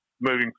moving